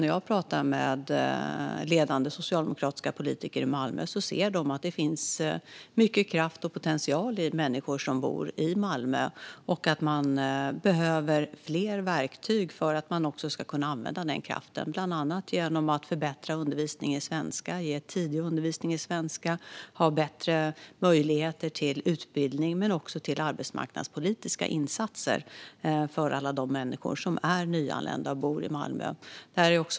När jag pratar med ledande socialdemokratiska politiker i Malmö anser de att det finns mycket kraft och potential i människor som bor i Malmö och att det behövs fler verktyg för att man ska kunna använda den kraften. Det handlar bland annat om att förbättra undervisningen i svenska, ge tidig undervisning i svenska och ha bättre möjligheter till utbildning. Men det handlar också om arbetsmarknadspolitiska insatser för alla de människor som är nyanlända och som bor i Malmö.